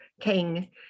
king